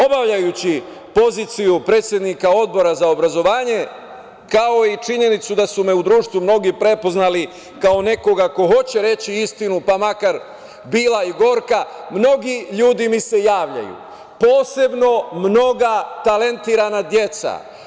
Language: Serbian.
Obavljajući poziciju predsednika Odbora za obrazovanje, kao i činjenicu da su me u društvu mnogi prepoznali kao nekoga ko hoće reći istinu, pa makar bila i gorka, mnogi ljudi mi se javljaju, posebno mnoga talentovana deca.